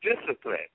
discipline